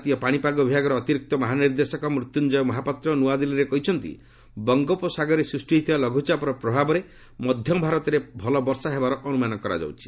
ଭାରତୀୟ ପାଣିପାଗ ବିଭାଗର ଅତିରିକ୍ତ ମହାନିର୍ଦ୍ଦେଶକ ମୃତ୍ୟୁଞ୍ଜୟ ମହାପାତ୍ର ନୂଆଦିଲ୍ଲୀଠାରେ କହିଛନ୍ତି ବଙ୍ଗୋପସାଗରରେ ସୃଷ୍ଟି ହୋଇଥିବା ଲଘୁଚାପର ପ୍ରଭାବରେ ମଧ୍ୟଭାରତରେ ଭଲ ବର୍ଷା ହେବାର ଅନୁମାନ କରାଯାଉଛି